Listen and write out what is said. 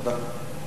תודה.